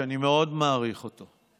שאני מאוד מעריך אותו,